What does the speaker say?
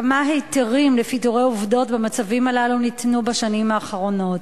כמה היתרים לפיטורי עובדות במצבים הללו ניתנו בשנים האחרונות?